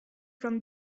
from